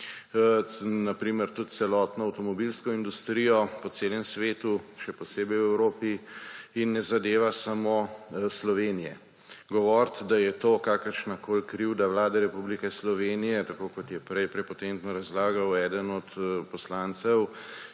na primer tudi celotno avtomobilsko industrijo po celem svetu, še posebej v Evropi, in ne zadeva samo Slovenije. Govoriti, da je to kakršnakoli krivda Vlade Republike Slovenije, tako kot je prej prepotentno razlagal eden od poslancev,